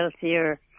healthier